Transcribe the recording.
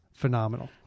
phenomenal